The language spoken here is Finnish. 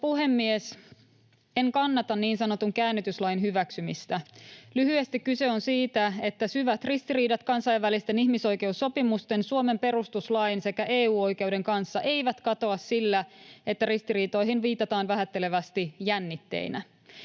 puhemies! En kannata niin sanotun käännytyslain hyväksymistä. Lyhyesti kyse on siitä, että syvät ristiriidat kansainvälisten ihmisoikeussopimusten, Suomen perustuslain sekä EU-oikeuden kanssa eivät katoa sillä, että ristiriitoihin viitataan vähättelevästi ”jännitteinä”.